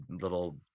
little